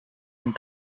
and